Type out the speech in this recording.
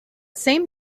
same